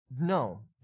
no